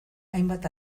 hainbat